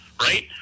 right